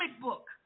book